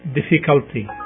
difficulty